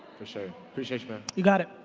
for sure, appreciate you man. you got it.